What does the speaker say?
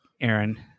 Aaron